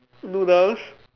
noodles